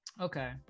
okay